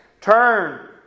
Turn